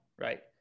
right